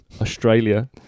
Australia